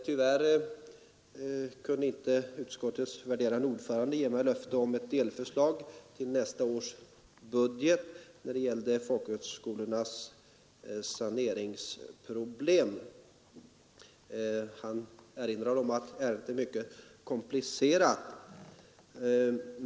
Tyvärr kunde inte utskottets värderade ordförande ge mig löfte om ett delförslag till nästa års budget när det gällde folkhögskolornas saneringsproblem. Han erinrade om att ärendet är mycket komplicerat.